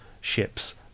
ships